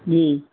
जी